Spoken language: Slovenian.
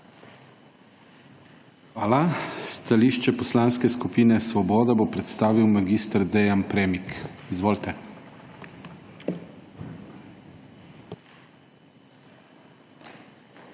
Hvala. Stališče Poslanske skupine Svoboda bo predstavil mag. Dean Premik. Izvolite.